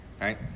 right